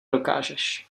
dokážeš